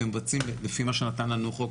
ומבצעים לפי מה שנתן לנו החוק,